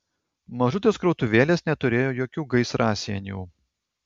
mažutės krautuvėlės neturėjo jokių gaisrasienių